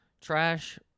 trash